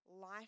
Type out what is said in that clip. life